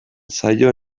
zaio